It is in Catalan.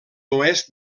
oest